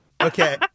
Okay